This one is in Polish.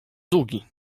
długi